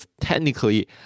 technically